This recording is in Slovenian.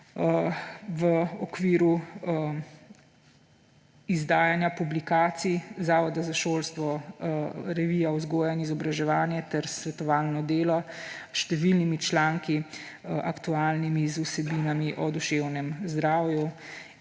V okviru izdajanja publikacij Zavoda za šolstvo revija Vzgoja in izobraževanje ter Šolsko svetovalno delo s številnimi članki, aktualnimi z vsebinami o duševnem zdravju